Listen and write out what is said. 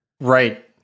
right